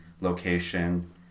location